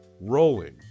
rolling